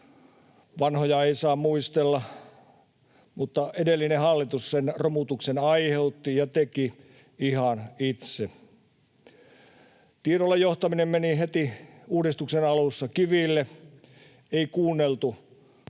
Vanhoja ei saa muistella, mutta edellinen hallitus sen romutuksen aiheutti ja teki ihan itse. Tiedolla johtaminen meni heti uudistuksen alussa kiville. Ei kuunneltu